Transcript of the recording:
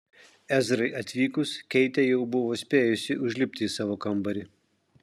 ezrai atvykus keitė jau buvo spėjusi užlipti į savo kambarį